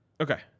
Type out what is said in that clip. Okay